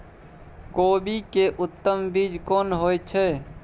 कोबी के उत्तम बीज कोन होय है?